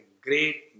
great